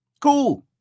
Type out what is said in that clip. Cool